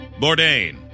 Bourdain